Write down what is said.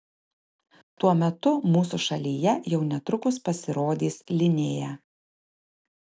tuo metu mūsų šalyje jau netrukus pasirodys linea